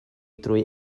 drwy